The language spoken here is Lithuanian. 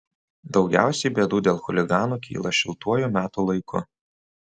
daugiausiai bėdų dėl chuliganų kyla šiltuoju metų laiku